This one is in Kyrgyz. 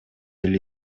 эле